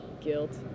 guilt